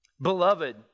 Beloved